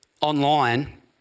online